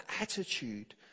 attitude